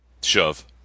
Shove